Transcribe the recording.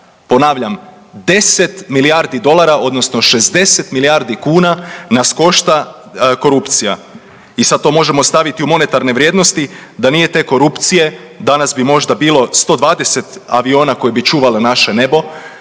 Ponavljam 10 milijardi dolara odnosno 60 milijardi kuna nas košta korupcija. I sad to možemo staviti u monetarne vrijednosti da nije te korupcije, danas bi možda bilo 120 aviona koji bi čuvali naše nebo,